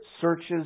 searches